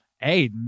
hey